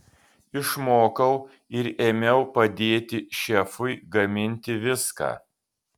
išmokau ir ėmiau padėti šefui gaminti viską